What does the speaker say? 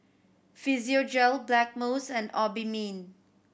Physiogel Blackmores and Obimin